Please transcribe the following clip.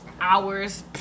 hours